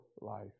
life